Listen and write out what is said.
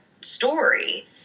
story